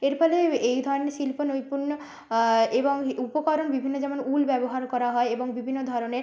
এর ফলে এই ধরনের শিল্প নৈপুণ্য এবং উপকরণ বিভিন্ন যেমন উল ব্যবহার করা হয় এবং বিভিন্ন ধরনের